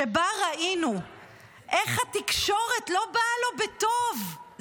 שבה ראינו איך התקשורת לא באה לו בטוב,